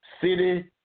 city